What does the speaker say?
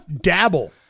dabble